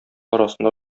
арасында